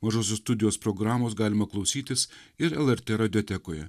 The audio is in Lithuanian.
rusų studijos programos galima klausytis ir lrt radiotekoje